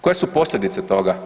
Koje su posljedice toga?